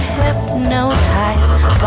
hypnotized